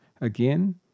Again